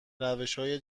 روشهای